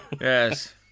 Yes